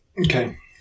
Okay